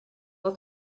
will